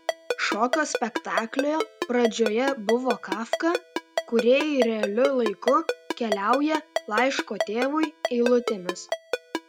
šokio spektaklio pradžioje buvo kafka kūrėjai realiu laiku keliauja laiško tėvui eilutėmis